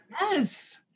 yes